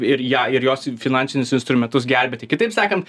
ir ją ir jos finansinius instrumentus gelbėti kitaip sakant